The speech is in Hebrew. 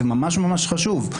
זה ממש ממש חשוב.